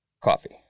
coffee